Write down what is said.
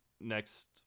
next